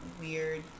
weird